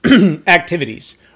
activities